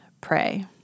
pray